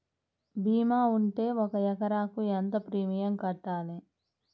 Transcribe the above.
భీమా ఉంటే ఒక ఎకరాకు ఎంత ప్రీమియం కట్టాలి?